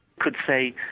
could say,